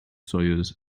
soyuz